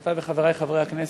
חברותי וחברי חברי הכנסת,